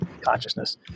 consciousness